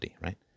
right